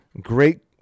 Great